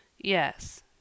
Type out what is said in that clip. Yes